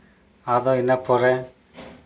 ᱟᱫᱚ ᱤᱱᱟᱹ ᱯᱚᱨᱮ